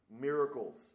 miracles